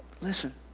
Listen